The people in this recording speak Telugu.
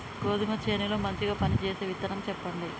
గోధుమ చేను లో మంచిగా పనిచేసే విత్తనం చెప్పండి?